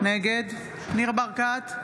נגד ניר ברקת,